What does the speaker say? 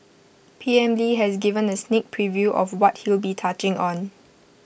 P M lee has given A sneak preview of what he'll be touching on